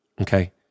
Okay